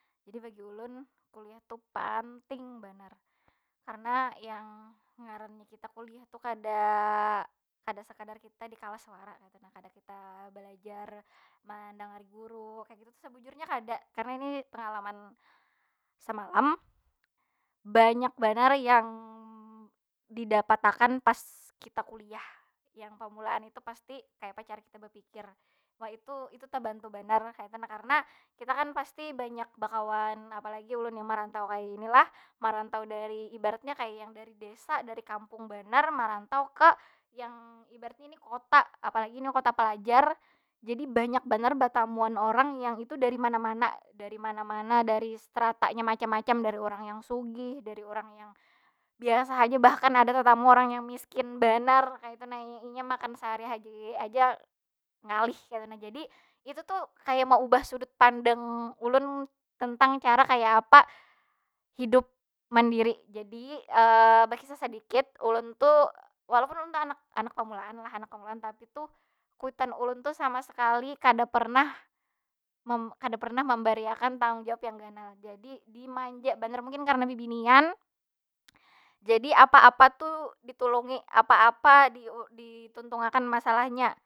Jadi bagi ulun kuliah tu panting banar, karena yang ngarannya kita kuliah tu kada, kada sakadar kita di kalas wara kaytu nah. Kada kita balajar mandangari guru kaya gitu tu sabujurnya kada. Karna ini pengalaman semalam, banyak banar yang didapat akan pas kita kuliah. Yang pamulaan itu pasti kayapa cara kita bapikir? Ma itu, itu tabantu banar kaytu nah. Karena kita kan pasti banyak bakawan, apa lagi ulun yang marantau kaya ini lah. Marantau dari, ibaratnya kaya yang dari desa dari kampung banar, marantau ke yang ibaratnya ini kota. Apa lagi ini kota palajar, jadi banyak banar batamuan orang yang itu dari mana- mana. Dari mana- mana, dari stratanya macam- macam, dari urang yang sugih, dari urang yang biasa haja. Bahkan ada tetamu orang yang miskin banar kaytu nah, inya makan sahari- hari aja ngalih kaytu nah. Jadi itu tu kaya maubah sudut pandang ulun tentang cara kaya apa hidup mandiri. Jadi bakisah sadikit, walaupun ulun tu anak- anak pamulaan lah, anak pamulaan. Tapi tu kuitan ulun tuh sama sekali kada pernah kada pernah membariakan tanggung jawab yang ganal. Jadi dimanja banar, mungkin karana bebinian jadi apa- apa tu ditulungi. Apa- apa di dituntung akan masalahnya.